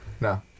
No